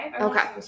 Okay